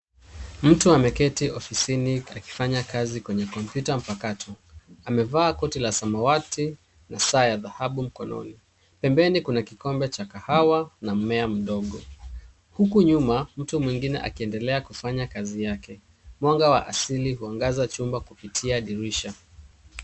Mtu ameketi ofisini akifanya kazi kwenye kompyuta mpakato. Amevaa koti la samawati na saa ya dhahabu mkononi. Pembeni kuna kikombe cha kahawa na mmea mdogo huku nyuma mtu mwingine akiendelea kufanya kazi yake. Mwanga wa asili huangaza chumba kupitia dirisha.